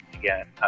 again